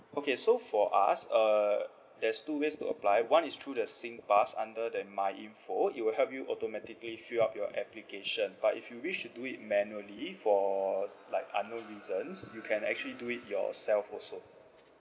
okay so for us uh there's two ways to apply one is through the sing pass under that my information it will help you automatically fill up your application but if you wish to do it manually for like unknown reasons you can actually do it yourself also